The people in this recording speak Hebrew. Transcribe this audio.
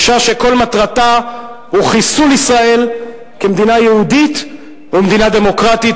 אשה שכל מטרתה היא חיסול ישראל כמדינה יהודית ומדינה דמוקרטית.